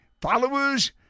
followers